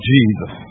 Jesus